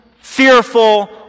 fearful